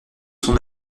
son